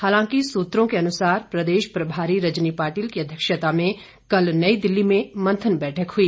हालांकि सूत्रों के अनुसार प्रदेश प्रभारी रजनी पाटिल की अध्यक्षता में कल नई दिल्ली में मंथन बैठक हुई